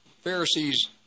Pharisees